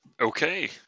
Okay